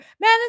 man